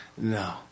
No